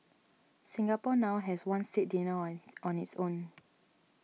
Singapore now has one state dinner on on its own